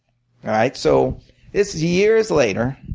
alright? so it's years later,